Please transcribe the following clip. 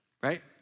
right